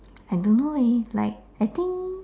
I don't know leh like I think